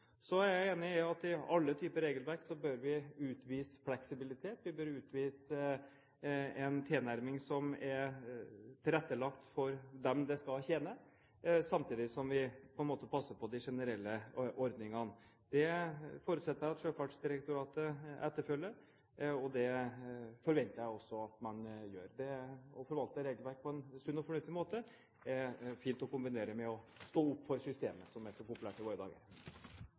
Så er jeg enig i at i alle typer regelverk bør vi utvise fleksibilitet. Vi bør utvise en tilnærming som er tilrettelagt for dem det skal tjene, samtidig som vi på en måte passer på de generelle ordningene. Det forutsetter jeg at Sjøfartsdirektoratet etterfølger, og det forventer jeg også at man gjør. Å forvalte et regelverk på en sunn og fornuftig måte er fint å kombinere med å stå opp for systemet – som er så populært i våre dager. Dermed er